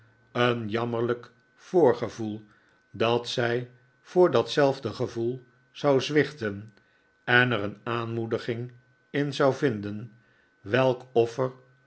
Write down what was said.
een jammerlijk voorgevoel dat zij voor datzelfde gevoel zou zwichten en er een aanmoediging in zqu yinden welk offer